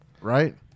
right